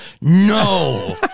no